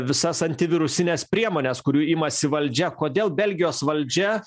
visas antivirusines priemones kurių imasi valdžia kodėl belgijos valdžia